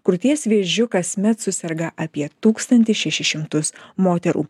krūties vėžiu kasmet suserga apie tūkstantį šešis šimtus moterų